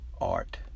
art